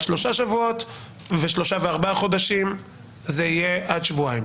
שלושה שבועות ושלושה וארבעה חודשים זה יהיה עד שבועיים.